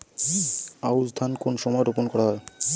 আউশ ধান কোন সময়ে রোপন করা হয়?